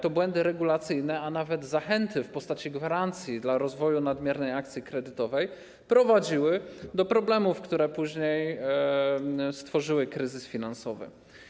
To błędy regulacyjne, a nawet zachęty w postaci gwarancji dla rozwoju nadmiernej akcji kredytowej prowadziły do problemów, które później stworzyły kryzys finansowy.